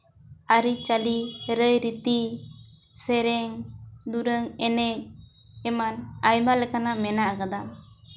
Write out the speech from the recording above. ᱟᱹᱨᱤᱪᱟᱹᱞᱤ ᱨᱟᱹᱭ ᱨᱤᱛᱤ ᱥᱮᱨᱮᱧ ᱫᱩᱨᱟᱹᱝ ᱮᱱᱮᱡ ᱮᱢᱟᱱ ᱟᱭᱢᱟ ᱞᱮᱠᱟᱱᱟᱜ ᱢᱮᱱᱟᱜ ᱠᱟᱫᱟ